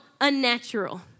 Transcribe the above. unnatural